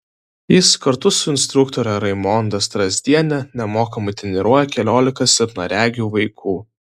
jis kartu su instruktore raimonda strazdiene nemokamai treniruoja keliolika silpnaregių vaikų